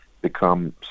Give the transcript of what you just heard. become